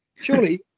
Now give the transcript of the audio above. Surely